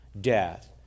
Death